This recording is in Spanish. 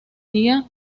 día